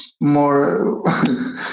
More